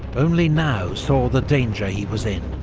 only now saw the danger he was in.